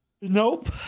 Nope